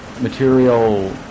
material